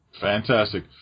Fantastic